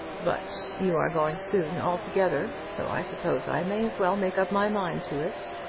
but you are going soon, altogether, so i suppose i may as well make up my mind to it.